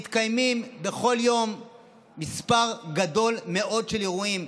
מתקיימים בכל יום מספר גדול מאוד של אירועים,